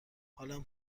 حالم